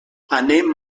anem